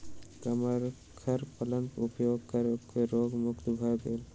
कमरख फलक उपभोग करै पर ओ रोग मुक्त भ गेला